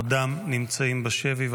עודם נמצאים בשבי.